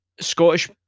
Scottish